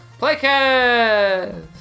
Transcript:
playcast